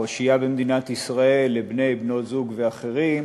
שהייה במדינת ישראל לבני-זוג או בנות-זוג ואחרים